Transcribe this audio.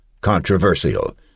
controversial